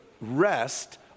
rest